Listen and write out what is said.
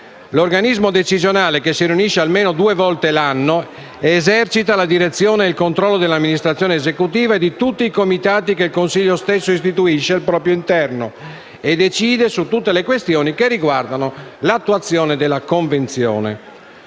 L'organismo decisionale, che si riunisce almeno due volte l'anno, esercita la direzione e il controllo dell'amministrazione esecutiva e di tutti i comitati che il Consiglio stesso istituisce al proprio interno, e decide su tutte le questioni che riguardano l'attuazione della Convenzione.